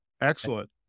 excellent